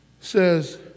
says